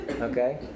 Okay